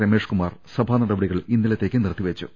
രമേഷ്കുമാർ സഭാ നടപടികൾ ഇന്നലത്തേക്ക് നിർത്തിവെച്ചു